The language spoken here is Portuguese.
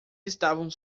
estavam